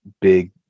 big